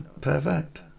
perfect